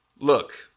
Look